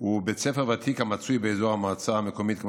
הוא בית ספר ותיק המצוי באזור המועצה המקומית עמק חפר,